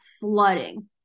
flooding